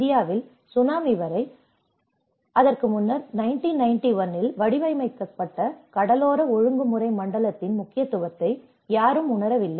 இந்தியாவில் சுனாமி வரை முன்னர் 1991 இல் வடிவமைக்கப்பட்ட கடலோர ஒழுங்குமுறை மண்டலத்தின் முக்கியத்துவத்தை யாரும் உணரவில்லை